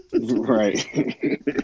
right